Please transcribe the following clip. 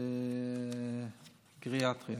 בגריאטריה,